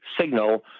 signal